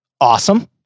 Awesome